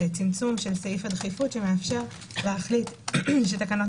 צמצום סעיף הדחיפות שמאפשר להחליט שתקנות